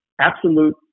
absolute